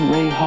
Ray